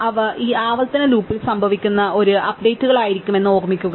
അവ ഈ ആവർത്തന ലൂപ്പിൽ സംഭവിക്കുന്ന ഒരു അപ്ഡേറ്റുകളായിരിക്കുമെന്ന് ഓർമ്മിക്കുക